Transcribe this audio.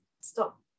stop